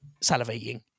salivating